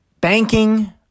banking –